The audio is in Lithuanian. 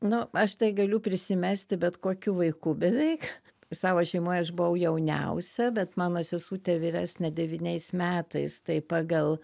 nu aš tai galiu prisimesti bet kokiu vaiku beveik savo šeimoj aš buvau jauniausia bet mano sesutė vyresnė devyniais metais tai pagal